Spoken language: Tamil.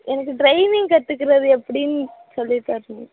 எனக்கு ட்ரைவிங் கத்துக்கிறது எப்படினு சொல்லித்தரணும்